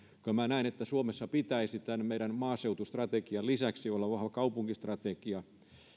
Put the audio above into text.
kyllä minä näen että suomessa pitäisi tämän meidän maaseutustrategian lisäksi olla vahva kaupunkistrategia